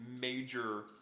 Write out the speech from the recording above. major